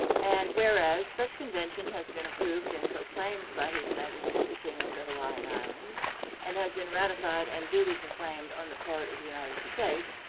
and whereas such convention has been approved and proclaimed by his majesty the king of the hawaiian islands and has been ratified and duly proclaimed on the part of the united states,